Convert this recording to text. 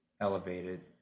elevated